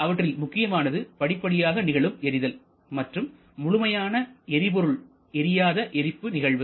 அவற்றில் முக்கியமானது படிப்படியாக நிகழும் எரிதல் மற்றும் முழுமையாக எரிபொருள் எரியாத எரிப்பு நிகழ்வு